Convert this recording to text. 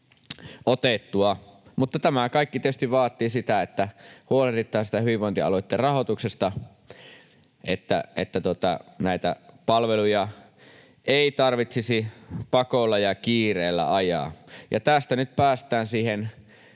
tämä kaikki tietysti vaatii sitä, että huolehditaan siitä hyvinvointialueitten rahoituksesta, niin että näitä palveluja ei tarvitsisi pakolla ja kiireellä ajaa. Tästä nyt päästään siihen